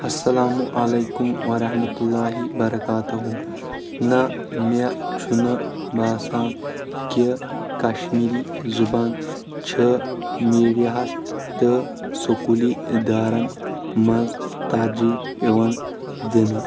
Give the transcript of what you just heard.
السلام علیکم ورحمتہ اللہی برکاتہُ نہ مےٚ چھُنہٕ باسان کہِ کشمیٖری زُبان چھِ میٖڈیا ہس تہٕ سکولی اِدارن منٛز ترجیح یِوان دِنہٕ